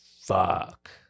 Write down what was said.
fuck